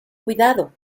cuidado